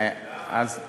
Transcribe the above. האוצר